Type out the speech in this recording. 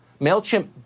MailChimp